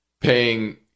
paying